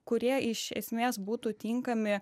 kurie iš esmės būtų tinkami